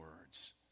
words